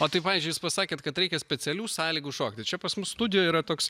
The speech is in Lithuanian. o tai pavyzdžiui jūs pasakėt kad reikia specialių sąlygų šokti čia pas mus studijoj yra toks